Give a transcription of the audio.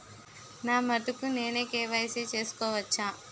నా మటుకు నేనే కే.వై.సీ చేసుకోవచ్చా?